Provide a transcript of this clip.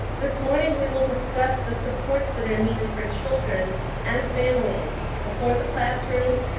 this morning we will discuss the supports that are needed for children and families before the classroom,